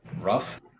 rough